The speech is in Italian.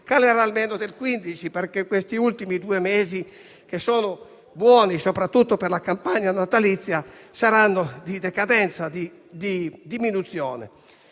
del 15 per cento, perché questi ultimi due mesi dell'anno, buoni soprattutto per la campagna natalizia, saranno di decadenza, di riduzione.